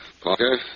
Parker